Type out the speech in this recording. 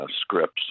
scripts